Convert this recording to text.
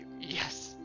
Yes